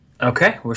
Okay